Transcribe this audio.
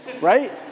right